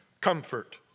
comfort